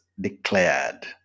declared